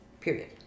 Period